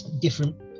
different